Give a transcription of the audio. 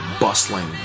bustling